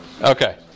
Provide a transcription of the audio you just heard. Okay